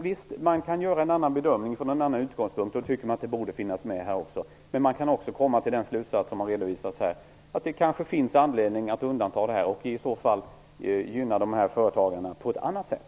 Visst kan man göra en annan bedömning från en annan utgångspunkt och tycka att de borde finnas med, men man kan också komma till den slutsats som redovisats här, att det kanske finns anledning att undanta dem och i så fall gynna dessa företagare på ett annat sätt.